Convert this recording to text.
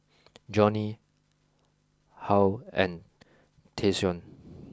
Jonnie Halle and Tayshaun